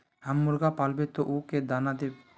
हम मुर्गा पालव तो उ के दाना देव?